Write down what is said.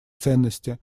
ценности